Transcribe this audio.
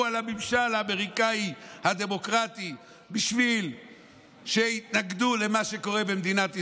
על הממשל האמריקאי הדמוקרטי בשביל שיתנגדו למה שקורה במדינת ישראל.